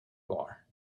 bar